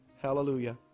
Hallelujah